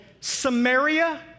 Samaria